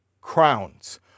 crowns